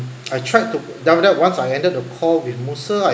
I tried to then after that once I ended the call with musa I